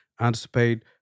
anticipate